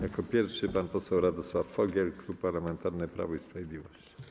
Jako pierwszy - pan poseł Radosław Fogiel, Klub Parlamentarny Prawo i Sprawiedliwość.